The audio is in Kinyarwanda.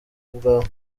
ubwawe